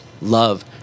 love